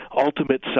ultimate